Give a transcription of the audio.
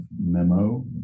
memo